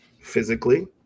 physically